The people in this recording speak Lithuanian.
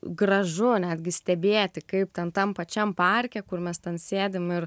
gražu netgi stebėti kaip ten tam pačiam parke kur mąstant sėdime ir